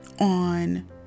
on